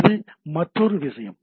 இது மற்றொரு விஷயம்